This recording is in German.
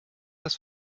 das